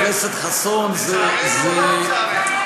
חבר הכנסת חסון, ששש.